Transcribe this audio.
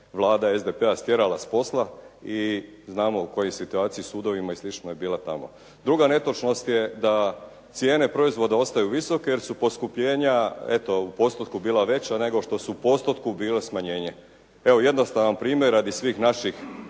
Vlada SDP-a stjerala s posla i znamo u kojoj situaciji u sudovima i slično je bila tamo. Druga netočnost je da cijene proizvoda ostaju visoke, jer su poskupljenja eto u postotku bila veća, nego što su u postotku bila smanjenja. Evo jednostavan primjer radi svih naših